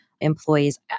employees